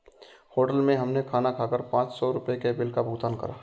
hotel में हमने खाना खाकर पाँच सौ रुपयों के बिल का भुगतान करा